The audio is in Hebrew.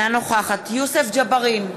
אינה נוכחת יוסף ג'בארין,